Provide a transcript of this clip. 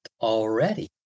already